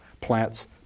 plants